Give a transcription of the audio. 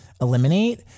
eliminate